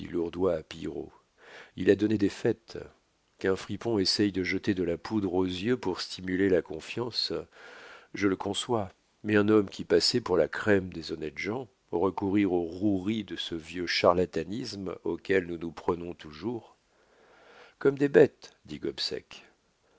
pillerault il a donné des fêtes qu'un fripon essaie de jeter de la poudre aux yeux pour stimuler la confiance je le conçois mais un homme qui passait pour la crème des honnêtes gens recourir aux roueries de ce vieux charlatanisme auquel nous nous prenons toujours comme des bêtes